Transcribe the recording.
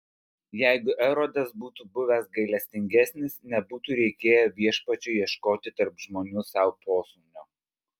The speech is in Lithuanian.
jeigu erodas būtų buvęs gailestingesnis nebūtų reikėję viešpačiui ieškoti tarp žmonių sau posūnio